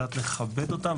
יודעת לכבד אותם.